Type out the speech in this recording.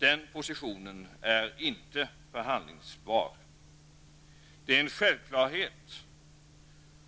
Den positionen är inte förhandlingsbar. Det är en självklarhet